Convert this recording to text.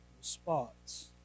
spots